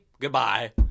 Goodbye